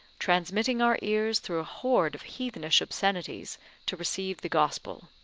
transmitting our ears through a hoard of heathenish obscenities to receive the gospel.